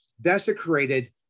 desecrated